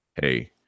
hey